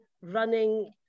running